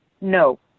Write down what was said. No